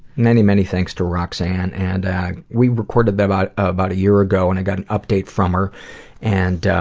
many, many thanks to roxanne and we recorded about about a year ago and i got an update from her and